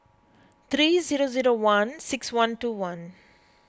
three zero zero one six one two one